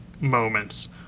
moments